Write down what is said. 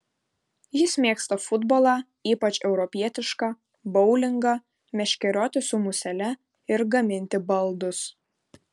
jis mėgsta futbolą ypač europietišką boulingą meškerioti su musele ir gaminti baldus